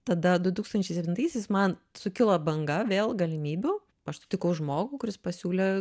tada du tūkstančiai septintaisiais man sukilo banga vėl galimybių aš sutikau žmogų kuris pasiūlė